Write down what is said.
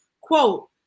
quote